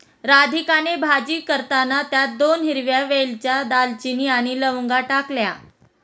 राधिकाने भाजी करताना त्यात दोन हिरव्या वेलच्या, दालचिनी आणि लवंगा टाकल्या